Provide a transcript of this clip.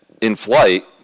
in-flight